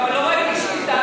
אבל לא ראיתי שהזדעזעת.